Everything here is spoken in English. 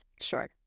sure